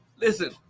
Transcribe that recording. Listen